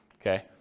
Okay